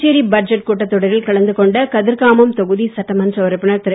Puducherry budget கூட்டத்தொடரில் கலந்து கொண்ட கதிர்காமம் தொகுதி சட்டமன்ற உறுப்பினர் திரு